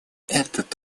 этот